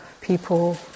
people